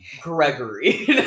Gregory